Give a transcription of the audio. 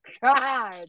God